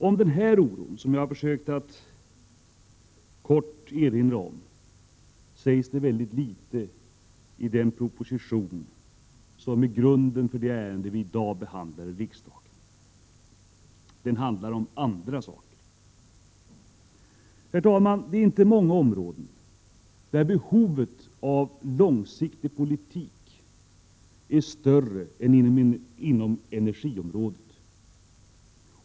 Om den oro som jag har försökt att kort erinra om sägs det mycket litet i den proposition som ligger till grund för det ärende som vi i dag behandlar. Herr talman! Det är inte många områden där behovet av långsiktig politik är större än vad det är inom energiområdet.